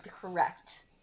correct